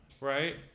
right